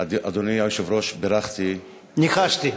אדוני היושב-ראש, בירכתי, ניחשתי.